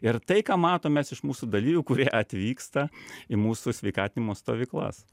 ir tai ką matom mes iš mūsų dalyvių kurie atvyksta į mūsų sveikatinimo stovyklas